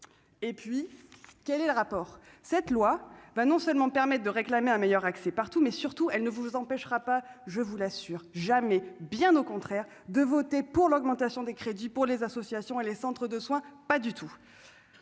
et puis quel est le rapport, cette loi va non seulement permettent de réclamer un meilleur accès partout, mais surtout elle ne vous empêchera pas, je vous l'assure : jamais, bien au contraire, de voter pour l'augmentation des crédits pour les associations et les centres de soins, pas du tout